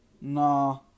Nah